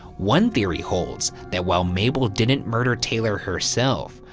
one theory holds that while mabel didn't murder taylor herself,